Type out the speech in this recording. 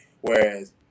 whereas